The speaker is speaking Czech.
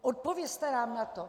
Odpovězte nám na to!